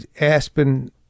Aspen